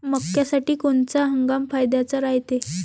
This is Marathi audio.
मक्क्यासाठी कोनचा हंगाम फायद्याचा रायते?